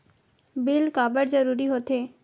Bill काबर जरूरी होथे?